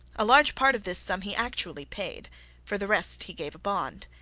a large part of this sum he actually paid for the rest he gave a bond.